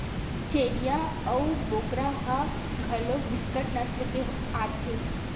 छेरीय अऊ बोकरा ह घलोक बिकट नसल के आथे